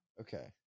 Okay